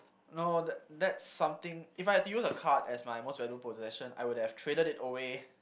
no the that's something if I had to use a card as my most valued possession I would have traded it away